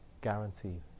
Guaranteed